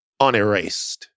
unerased